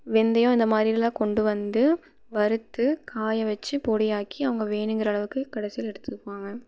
வெந்தயம் இந்த மாதிரிலாம் கொண்டு வந்து வறுத்து காய வச்சு பொடி ஆக்கி அவங்க வேணுங்கிற அளவுக்கு கடைசியில எடுத்துப்பாங்க